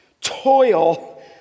toil